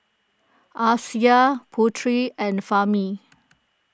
Amsyar Putri and Fahmi